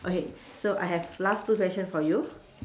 okay so I have last two question for you